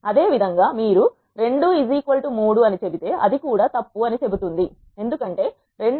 అదేవిధంగా మీరు 2 3 అని చెబితే అది కూడా తప్పు అని చెబుతుంది ఎందుకంటే 2